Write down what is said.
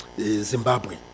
Zimbabwe